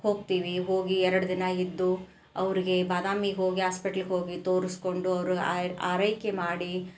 ಹೋಗ್ತೀವಿ ಹೋಗಿ ಎರಡು ದಿನ ಇದ್ದು ಅವ್ರಿಗೆ ಬಾದಾಮಿಗೆ ಹೋಗಿ ಆಸ್ಪೆಟ್ಲಗೆ ಹೋಗಿ ತೋರಿಸ್ಕೊಂಡು ಅವರು ಆರೈಕೆ ಮಾಡಿ